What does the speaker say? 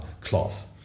cloth